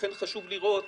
לכן חשוב לראות